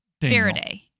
Faraday